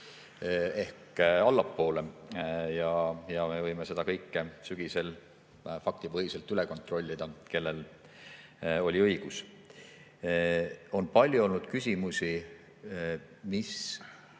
ehk allapoole. Eks me võime seda sügisel faktipõhiselt üle kontrollida, kellel oli õigus. On palju olnud küsimusi, mida